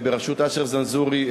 בראשות אשר זנזורי,